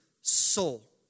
soul